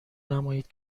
نمایید